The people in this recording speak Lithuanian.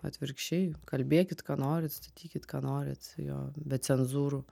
atvirkščiai kalbėkit ką norit statykit ką norit jo be cenzūrų